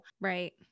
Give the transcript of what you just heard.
Right